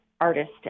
artist